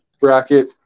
Bracket